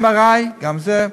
MRI, גם זה.